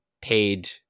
paid